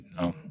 no